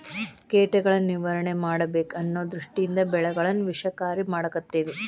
ಕೇಟಗಳನ್ನಾ ನಿರ್ವಹಣೆ ಮಾಡಬೇಕ ಅನ್ನು ದೃಷ್ಟಿಯಿಂದ ಬೆಳೆಗಳನ್ನಾ ವಿಷಕಾರಿ ಮಾಡಾಕತ್ತೆವಿ